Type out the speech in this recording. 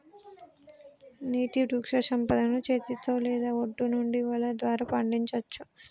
నీటి వృక్షసంపదను చేతితో లేదా ఒడ్డు నుండి వల ద్వారా పండించచ్చు